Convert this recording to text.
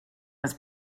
was